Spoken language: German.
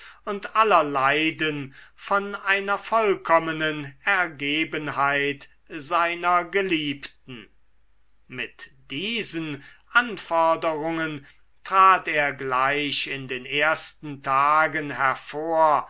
und aller leiden von einer vollkommenen ergebenheit seiner geliebten mit diesen anforderungen trat er gleich in den ersten tagen hervor